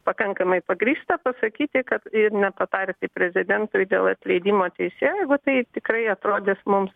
pakankamai pagrįsta pasakyti kad ir nepatarti prezidentui dėl atleidimo teisėjo jeigu tai tikrai atrodys mums